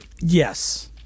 Yes